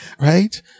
Right